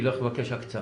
ילך לבקש הקצאה.